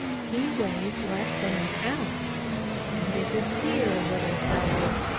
he weighs less than an ounce and is a dear little fellow.